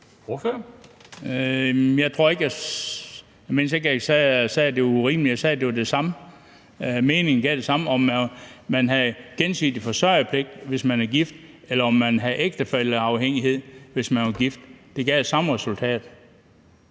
Jeg sagde, at det var det samme, altså at det giver samme resultat, uanset om man har gensidig forsørgerpligt, hvis man er gift, eller om man har ægtefælleafhængighed, hvis man er gift. Det giver samme resultat.